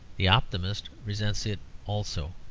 the optimist resents it also,